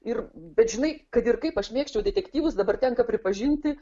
ir bet žinai kad ir kaip aš mėgčiau detektyvus dabar tenka pripažinti